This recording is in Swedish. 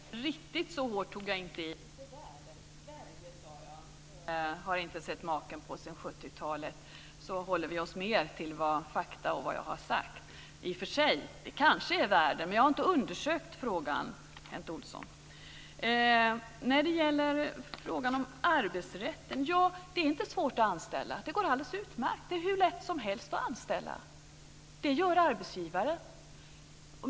Fru talman! Riktigt så hårt tog jag inte i. Jag sade inte världen, men Sverige har inte sett maken till det här sedan 70-talet. Då håller vi oss mer till fakta och till vad jag har sagt. I och för sig kanske det är världen, men jag har inte undersökt frågan, Kent Olsson. När det gäller frågan om arbetsrätten vill jag säga att det är inte svårt att anställa. Det går alldeles utmärkt. Det är hur lätt som helst att anställa. Det gör arbetsgivare.